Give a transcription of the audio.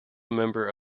member